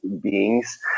beings